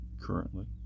currently